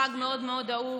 חג מאוד מאוד אהוב,